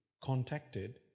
contacted